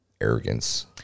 arrogance